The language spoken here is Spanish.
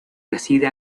reside